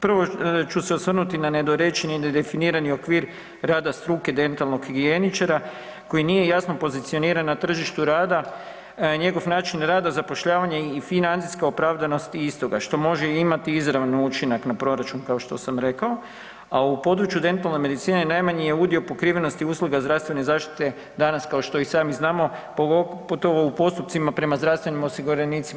Prvo ću se osvrnuti na nedorečeni i nedefinirani okvir rada struke dentalnog higijeničara koji nije jasno pozicioniran na tržištu rada, njegov način rada, zapošljavanje i financijska opravdanost istoga što može imati izravno učinak na proračun kao što sam rekao, a u području dentalne medicine najmanji je udio pokrivenosti usluga zdravstvene zaštite danas kao što i sami znamo pogotovo u postupcima prema zdravstvenim osiguranicima.